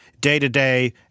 day-to-day